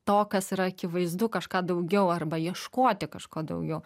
to kas yra akivaizdu kažką daugiau arba ieškoti kažko daugiau